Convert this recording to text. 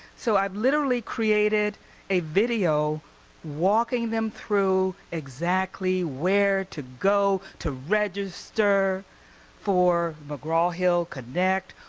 so i've literally created a video walking them through exactly where to go to register for mcgraw-hill connect,